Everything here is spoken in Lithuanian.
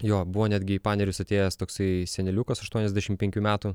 jo buvo netgi į panerius atėjęs toksai seneliukas aštuoniasdešim penkių metų